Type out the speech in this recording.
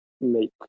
make